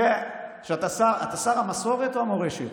תראה, אתה שר המסורת או המורשת?